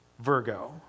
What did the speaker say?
Virgo